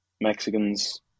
Mexicans